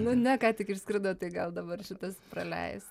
nu ne ką tik išskrido tai gal dabar šitas praleis